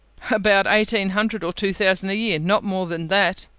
about eighteen hundred or two thousand a year not more than that.